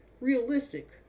realistic